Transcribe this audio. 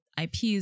IPs